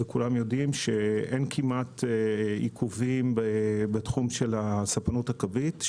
וכולם יודעים שאין כמעט עיכובים בתחום של הספנות הקווית,